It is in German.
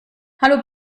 hallo